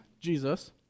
Jesus